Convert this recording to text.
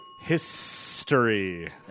History